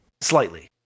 slightly